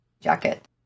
jacket